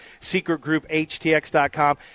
secretgrouphtx.com